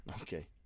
Okay